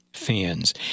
Fans